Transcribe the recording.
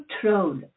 control